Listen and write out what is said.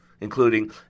including